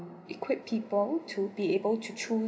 equip people to be able to choose